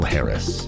Harris